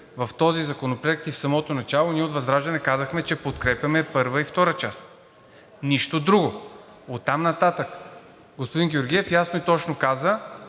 В този законопроект и в самото начало, ние от ВЪЗРАЖДАНЕ казахме, че подкрепяме първа и втора част – нищо друго. Оттам нататък господин Георгиев ясно и точно каза,